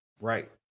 right